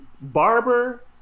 barber